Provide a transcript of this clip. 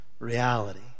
Reality